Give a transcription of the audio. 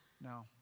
No